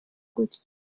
gutyo